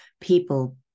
people